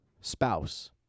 spouse